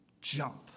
jump